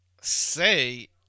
say